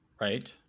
Right